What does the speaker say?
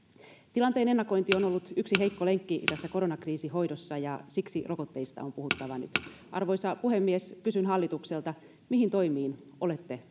tilanteen ennakointi on ollut yksi heikko lenkki tässä koronakriisin hoidossa ja siksi rokotteista on puhuttava nyt arvoisa puhemies kysyn hallitukselta mihin toimiin olette